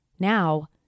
Now